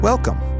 Welcome